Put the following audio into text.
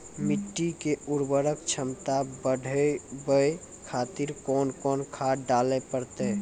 मिट्टी के उर्वरक छमता बढबय खातिर कोंन कोंन खाद डाले परतै?